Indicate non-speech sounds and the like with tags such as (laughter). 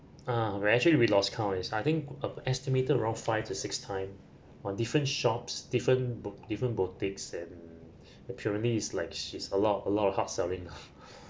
ah we actually we lost count as I think uh estimated around five to six time on different shops different bo~ different boutiques and apparently it's like she's a lot a lot of hard selling (laughs)